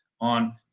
on